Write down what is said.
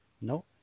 No